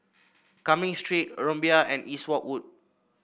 Cumming Street Rumbia and Eastwood Walk